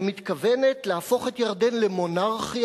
שמתכוונת להפוך את ירדן למונרכיה